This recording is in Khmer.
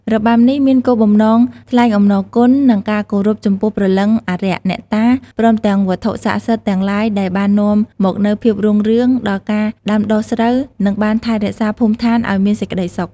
របាំនេះមានគោលបំណងថ្លែងអំណរគុណ និងការគោរពចំពោះព្រលឹងអារក្ស អ្នកតា ព្រមទាំងវត្ថុស័ក្តិសិទ្ធិទាំងឡាយដែលបាននាំមកនូវភាពរុងរឿងដល់ការដាំដុះស្រូវ និងបានថែរក្សាភូមិឋានឱ្យមានសេចក្ដីសុខ។